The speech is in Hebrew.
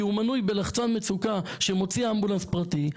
הוא מנוי בלחץ מצוקה שמוציא אמבולנס פרטי,